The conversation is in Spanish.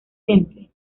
temple